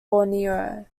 borneo